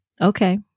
Okay